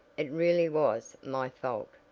it really was my fault,